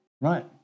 Right